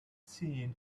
seen